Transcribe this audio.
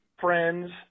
friends